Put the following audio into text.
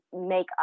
make